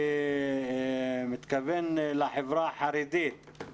אני מתכוון לחברה החרדית,